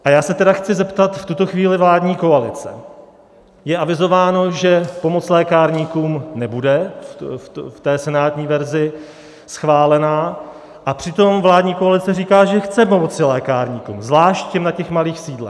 A já se tedy chci zeptat v tuto chvíli vládní koalice je avizováno, že pomoc lékárníkům nebude v té senátní verzi schválena, a přitom vládní koalice říká, že chce pomoci lékárníkům, zvlášť na těch malých sídlech.